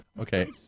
Okay